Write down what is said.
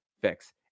fix